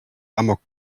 amok